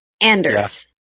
Anders